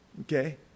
Okay